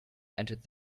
entered